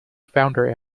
founder